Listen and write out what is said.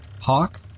hawk